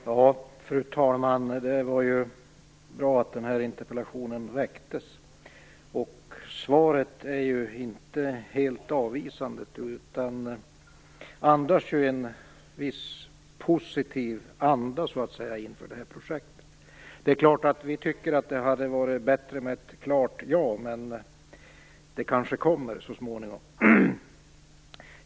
Fru talman! Det var bra att den här interpellationen väcktes. Svaret är inte helt avvisande utan andas en viss positivitet inför det här projektet. Vi tycker naturligtvis att det hade varit bättre med ett klart ja, men det kanske kommer så småningom.